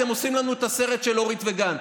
אתם עושים לנו את הסרט של אורית וגנץ.